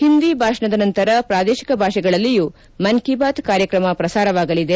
ಹಿಂದಿ ಭಾಷಣದ ನಂತರ ಪ್ರಾದೇಶಿಕ ಭಾಷೆಗಳಲ್ಲಿಯೂ ಮನ್ ಕಿ ಬಾತ್ ಕಾರ್ಯಕ್ರಮ ಪ್ರಸಾರವಾಗಲಿದೆ